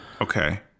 Okay